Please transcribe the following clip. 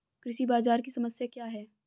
कृषि बाजार की समस्या क्या है?